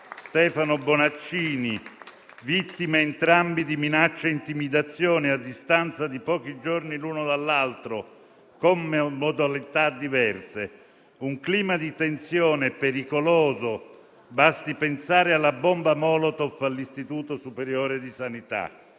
Stefano Bonaccini, vittime entrambi di minacce e intimidazioni, a distanza di pochi giorni l'uno dall'altro, con modalità diverse. Si tratta di un clima di tensione pericoloso: basti pensare alla bomba *molotov* all'Istituto superiore di sanità.